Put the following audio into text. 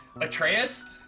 Atreus